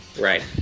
Right